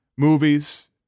Movies